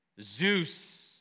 Zeus